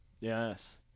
Yes